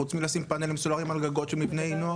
חוץ מלשים פאנלים סולריים על גגות של מבני נוער?